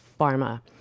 Pharma